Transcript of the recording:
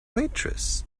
waitress